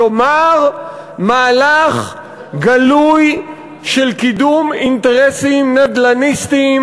כלומר מהלך גלוי של קידום אינטרסים נדל"ניסטיים